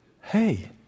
hey